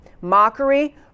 Mockery